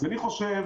אז אצלנו,